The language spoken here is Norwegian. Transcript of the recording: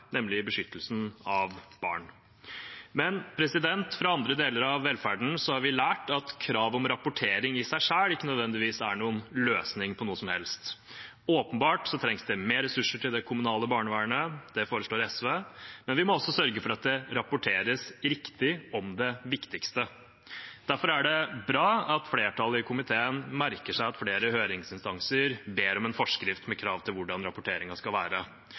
nemlig beskyttelsen av barn. Men fra andre deler av velferden har vi lært at krav om rapportering i seg selv ikke nødvendigvis er noen løsning på noe som helst. Åpenbart trengs det mer ressurser til det kommunale barnevernet – det foreslår SV – men vi må også sørge for at det rapporteres riktig om det viktigste. Derfor er det bra at flertallet i komiteen merker seg at flere høringsinstanser ber om en forskrift med krav til hvordan rapporteringen skal være.